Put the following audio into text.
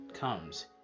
comes